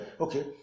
okay